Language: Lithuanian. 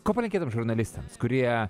ko palinkėtum žurnalistams kurie